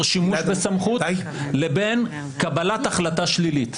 שימוש בסמכות לבין קבלת החלטה שלילית.